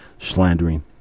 slandering